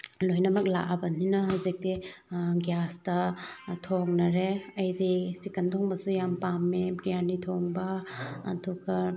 ꯂꯣꯏꯅꯃꯛ ꯂꯥꯛꯑꯕꯅꯤꯅ ꯍꯧꯖꯤꯛꯇꯤ ꯒ꯭ꯌꯥꯁꯇ ꯊꯣꯡꯅꯔꯦ ꯑꯩꯗꯤ ꯆꯤꯛꯀꯟ ꯊꯣꯡꯕꯁꯨ ꯌꯥꯝ ꯄꯥꯝꯃꯦ ꯕꯤꯔꯌꯥꯅꯤ ꯊꯣꯡꯕ ꯑꯗꯨꯒ